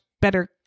better